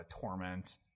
torment